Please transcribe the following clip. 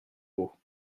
beau